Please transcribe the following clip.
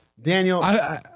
Daniel